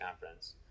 conference